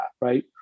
right